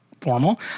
formal